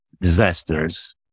disasters